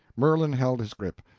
merlin held his grip,